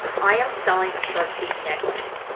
i am selling a shark tooth necklace.